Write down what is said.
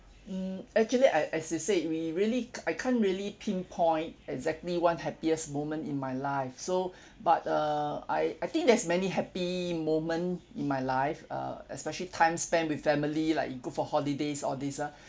mm actually I as I said we really ca~ I can't really pinpoint exactly one happiest moment in my life so but err I I think there's many happy moment in my life uh especially time spent with family like you go for holidays all this ah